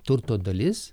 turto dalis